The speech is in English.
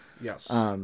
yes